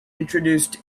introduced